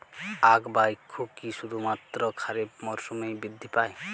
আখ বা ইক্ষু কি শুধুমাত্র খারিফ মরসুমেই বৃদ্ধি পায়?